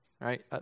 right